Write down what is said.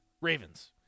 Ravens